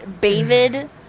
David